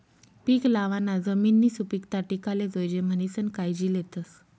पीक लावाना जमिननी सुपीकता टिकाले जोयजे म्हणीसन कायजी लेतस